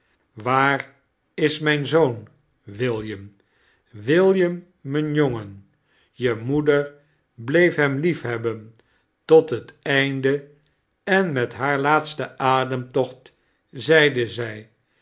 waar is mign zoon william william mijn jongen je moeder bleef hem liefhebben tot het einde en met haar laatstea ademtocht zeide zij